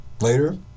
later